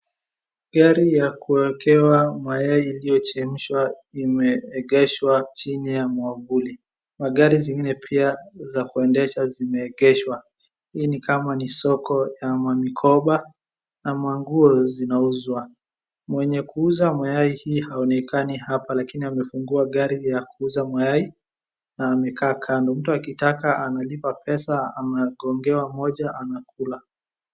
Gari ya kuwekewa mayai iliyochemshwa imeegeshwa chini ya mwavuli. Magari zingine pia za kuendesha zimeegeshwa. Hii ni kama ni soko ya mamikoba na manguo zinauzwa. Mwenye kuuza mayai hii hanaonekani hapa lakini amefungua gari ya mayai na amekaa kando. Mtu akitaka analipa pesa anagongewa moja anakula.